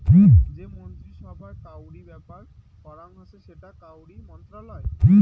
যে মন্ত্রী সভায় কাউরি ব্যাপার করাং হসে সেটা কাউরি মন্ত্রণালয়